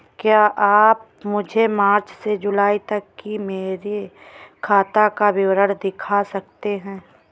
क्या आप मुझे मार्च से जूलाई तक की मेरे खाता का विवरण दिखा सकते हैं?